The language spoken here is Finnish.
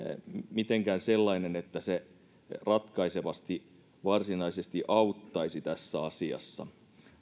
mitenkään sellainen että se ratkaisevasti varsinaisesti auttaisi tässä asiassa